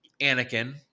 Anakin